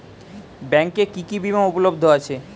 ব্যাংকে কি কি বিমা উপলব্ধ আছে?